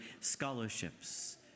scholarships